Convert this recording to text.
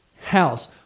house